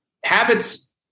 habits